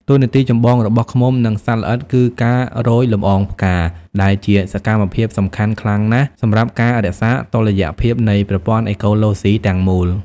តួនាទីចម្បងរបស់ឃ្មុំ និងសត្វល្អិតគឺការរោយលំអងផ្កា ដែលជាសកម្មភាពសំខាន់ខ្លាំងណាស់សម្រាប់ការរក្សាតុល្យភាពនៃប្រព័ន្ធអេកូឡូស៊ីទាំងមូល។